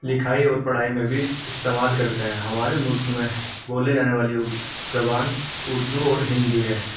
لکھائی اور پڑھائی میں بھی استعمال کرتے ہیں ہمارے ملک میں بولے جانے والی ار زبان اردو اور ہندی ہے